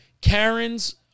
Karen's